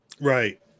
Right